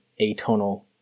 atonal